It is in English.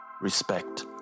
Respect